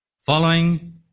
following